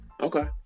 Okay